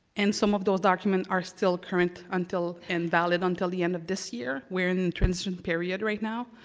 and some of those documents are still current until and valid until the end of this year. we're in transition period right now.